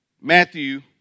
Matthew